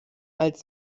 als